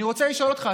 אני רוצה לשאול אותך,